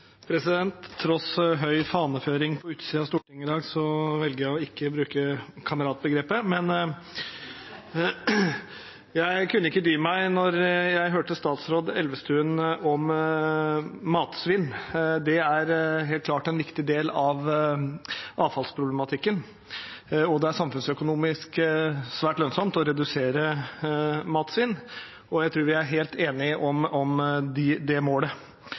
Tross høy faneføring på utsiden av Stortinget i dag, velger jeg ikke å bruke kameratbegrepet, men jeg kunne ikke dy meg da jeg hørte statsråd Elvestuen om matsvinn. Det er helt klart en viktig del av avfallsproblematikken, det er samfunnsøkonomisk svært lønnsomt å redusere matsvinn, og jeg tror vi er helt enige om det målet. Når det